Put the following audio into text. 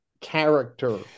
character